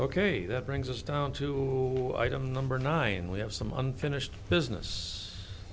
ok that brings us down to item number nine we have some unfinished business